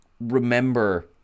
remember